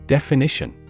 Definition